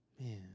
Man